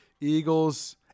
Eagles